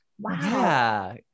wow